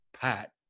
pat